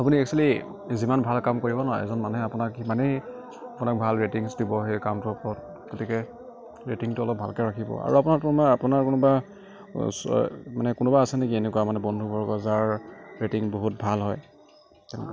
আপুনি এক্সুৱেলী যিমান ভাল কাম কৰিব ন এজন মানুহে আপোনাক সিমানেই আপোনাক ভাল ৰেটিঙচ দিব সেই কামটোৰ ওপৰত গতিকে ৰেটিংটো অলপ ভালকে ৰাখিব অলপমান আৰু আপোনাৰ কোনোবা মানে কোনোৱা আছে নেকি এনেকুৱা মানে বন্ধু বৰ্গ যাৰ ৰেটিং বহুত ভাল হয়